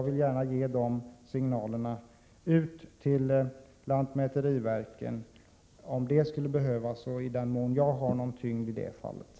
Det är mina signaler till lantmäteriverket — om sådana skulle behövas och om det som jag säger nu skulle tillmätas någon betydelse.